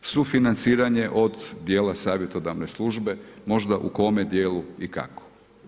Sufinanciran je od dijela savjetodavne službe, možda u kome dijelu i kako.